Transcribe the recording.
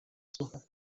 صحبت